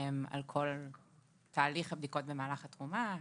על כל תהליך הבדיקות ומהלך התרומה,